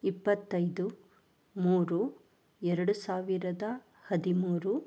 ಇಪ್ಪತ್ತೈದು ಮೂರು ಎರಡು ಸಾವಿರದ ಹದಿಮೂರು